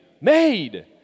made